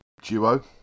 duo